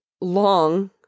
long